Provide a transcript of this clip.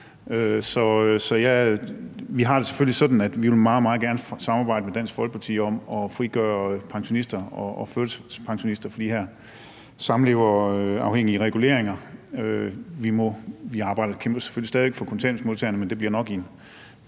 vi har det selvfølgelig sådan, at vi meget gerne vil samarbejde med Dansk Folkeparti om at frigøre pensionister og førtidspensionister fra de her samleverafhængige reguleringer, og vi kæmper selvfølgelig stadig væk for kontanthjælpsmodtagerne, men det bliver nok i